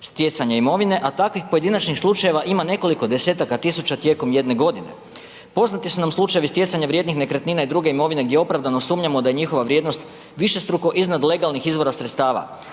stjecanja imovine a takvih pojedinačnih slučajeva ima nekoliko desetaka tisuća tijekom jedne godine. Poznati su nam slučajevi stjecanja vrijednih nekretnina i druge imovine gdje opravdano sumnjamo da je njihova vrijednost višestruko iznad legalnih sredstava.